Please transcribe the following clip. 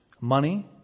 money